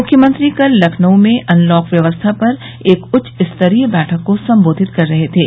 मुख्यमंत्री कल लखनऊ में अनलॉक व्यवस्था पर एक उच्चस्तरीय बैठक को संबोधित कर रहे थे